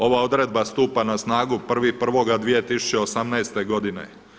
Ova odredba stupa na snagu 1.1.2018. godine.